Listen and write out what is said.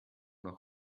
nach